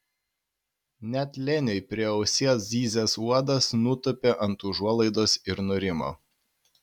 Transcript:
net leniui prie ausies zyzęs uodas nutūpė ant užuolaidos ir nurimo